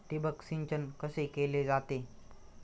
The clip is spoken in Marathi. ठिबक सिंचन कसे केले जाते?